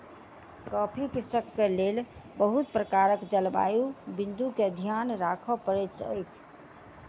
coffee कृषिक लेल बहुत प्रकारक जलवायु बिंदु के ध्यान राखअ पड़ैत अछि